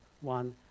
one